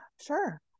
Sure